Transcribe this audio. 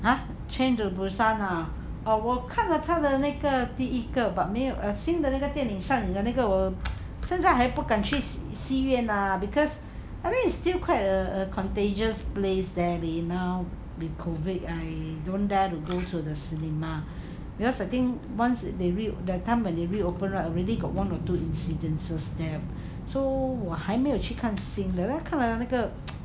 !huh! train to busan ah 我看了他的那个第一个 but 新的那个电影的那个现在还不敢去戏院 lah because I think it's still quite a a contagious place there leh now with COVID I don't dare to go to the cinema because the thing once they reopen that time when they reopen right already got one or two incidences there so 我还没有去看新的我看的那个